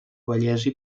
bellesa